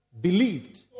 believed